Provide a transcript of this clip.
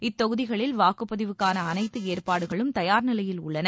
இத்தொகுதிகளில் வாக்குப்பதிவுக்கான அனைத்து ஏற்பாடுகளும் தயார் நிலையில் உள்ளன